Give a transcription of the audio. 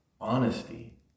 honesty